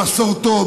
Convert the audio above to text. מסורתו,